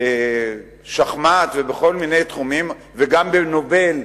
בשחמט ובכל מיני תחומים, וגם בנובל,